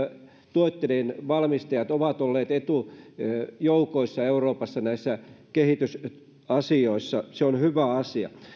tuotteiden valmistajat ovat olleet etujoukoissa euroopassa näissä kehitysasioissa se on hyvä asia